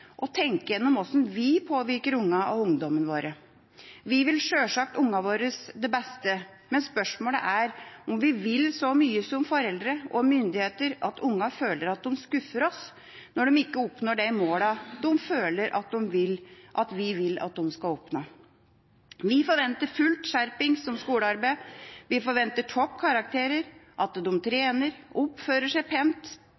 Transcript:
og tenke igjennom hvordan vi påvirker ungene og ungdommene våre. Vi vil sjølsagt ungene våre det beste, men spørsmålet er om vi vil så mye som foreldre og myndigheter at ungene føler at de skuffer oss når de ikke oppnår de målene de føler at vi vil de skal oppnå. Vi forventer full skjerpings om skolearbeidet, vi forventer toppkarakterer, at de